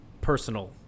personal